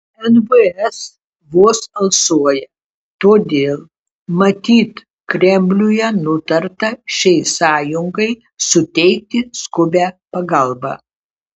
nvs vos alsuoja todėl matyt kremliuje nutarta šiai sąjungai suteikti skubią pagalbą